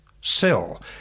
sell